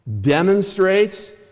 demonstrates